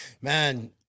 man